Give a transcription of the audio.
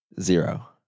Zero